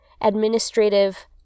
administrative